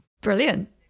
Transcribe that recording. brilliant